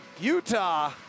Utah